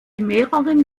mehreren